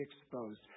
exposed